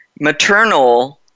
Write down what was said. maternal